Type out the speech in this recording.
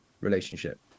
relationship